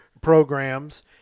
programs